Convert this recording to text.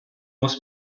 muss